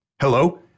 Hello